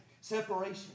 Separation